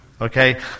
Okay